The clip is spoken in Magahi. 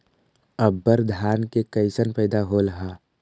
अबर धान के कैसन पैदा होल हा?